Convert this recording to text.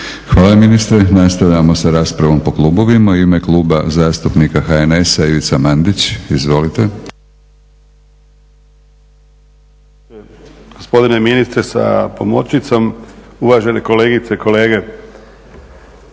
Hvala ministre. Nastavljamo sa raspravom po klubovima. U ime Kluba zastupnika HNS-a Ivica Mandić. Izvolite.